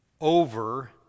over